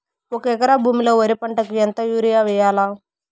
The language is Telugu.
ఒక ఎకరా భూమిలో వరి పంటకు ఎంత యూరియ వేయల్లా?